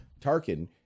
Tarkin